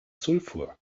sulfur